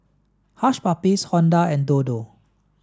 Hush Puppies Honda and Dodo